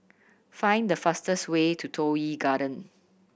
find the fastest way to Toh Yi Garden